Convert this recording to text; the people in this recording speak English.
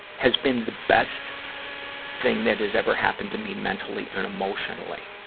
has been the best thing that has ever happened to me mentally and emotionally.